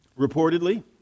Reportedly